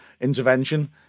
intervention